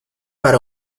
para